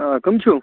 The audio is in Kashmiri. آ کٕم چھُو